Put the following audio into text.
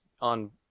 on